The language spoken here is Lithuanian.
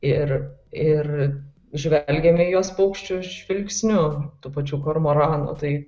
ir ir žvelgėme į juos paukščio žvilgsniu tų pačių kormoranų tai